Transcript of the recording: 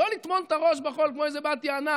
לא לטמון את הראש בחול כמו איזו בת יענה,